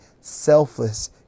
selfless